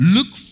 Look